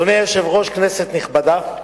אדוני היושב-ראש, כנסת נכבדה,